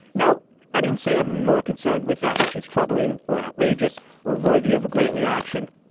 no, i didn't say i'm more concerned with that, which is troubling or outrageous or worthy of a great reaction.